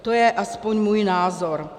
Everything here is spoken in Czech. To je aspoň můj názor.